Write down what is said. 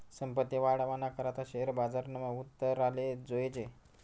संपत्ती वाढावाना करता शेअर बजारमा उतराले जोयजे